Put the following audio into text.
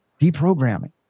deprogramming